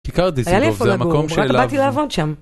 כיכר דיסיקוב זה המקום שאליו.